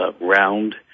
round